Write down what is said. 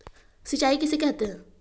सिंचाई किसे कहते हैं?